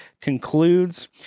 concludes